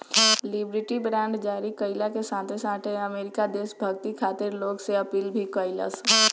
liberty bond जारी कईला के साथे साथे अमेरिका देशभक्ति खातिर लोग से अपील भी कईलस